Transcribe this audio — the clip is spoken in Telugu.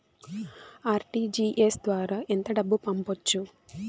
ఆర్.టీ.జి.ఎస్ ద్వారా ఎంత డబ్బు పంపొచ్చు?